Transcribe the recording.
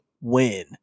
win